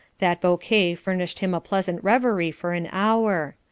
that bouquet furnished him a pleasant reverie for an hour.